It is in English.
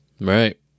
Right